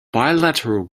bilateral